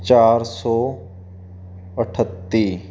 ਚਾਰ ਸੌ ਅਠੱਤੀ